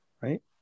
right